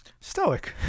stoic